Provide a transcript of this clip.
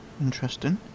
interesting